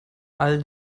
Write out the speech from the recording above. all